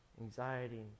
anxiety